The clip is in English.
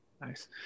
Nice